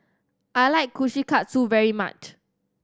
I like Kushikatsu very much